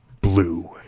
Blue